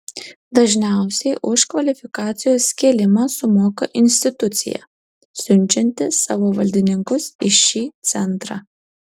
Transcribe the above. dažniausiai už kvalifikacijos kėlimą sumoka institucija siunčianti savo valdininkus į šį centrą